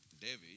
David